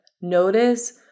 Notice